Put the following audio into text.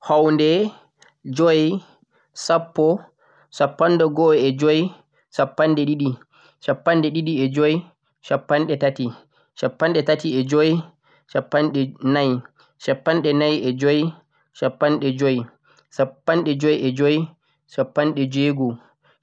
Houɗe, joi, sappo, sappo e joi, shappanɗe ɗiɗi, shappanɗe ɗiɗi e joi, shappanɗe tati, shappanɗe tati e joi, shappanɗe nai, shappanɗe nai e joi, shappanɗe joi, shappanɗe joi e joi, shappanɗe jweego,